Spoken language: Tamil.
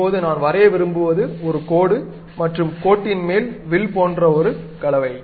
இப்போது நான் வரைய விரும்புவது ஒரு கோடு மற்றும் கோட்டின் மேல் வில் போன்ற ஒரு கலவை